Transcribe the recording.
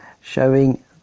showing